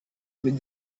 with